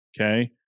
Okay